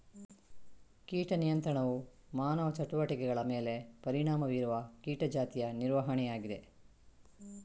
ಕೀಟ ನಿಯಂತ್ರಣವು ಮಾನವ ಚಟುವಟಿಕೆಗಳ ಮೇಲೆ ಪರಿಣಾಮ ಬೀರುವ ಕೀಟ ಜಾತಿಯ ನಿರ್ವಹಣೆಯಾಗಿದೆ